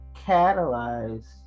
catalyze